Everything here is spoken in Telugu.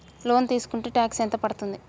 లోన్ తీస్కుంటే టాక్స్ ఎంత పడ్తుంది?